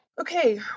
Okay